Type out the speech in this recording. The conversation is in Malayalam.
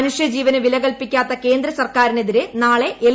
മനുഷ്യ ജീവന് വില കൽപ്പിക്കാത്ത കേന്ദ്ര സർക്കാരിനെതിരെ നാളെ എൽ